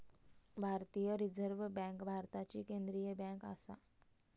भारतीय reserve bank भारताची केंद्रीय बँक आसा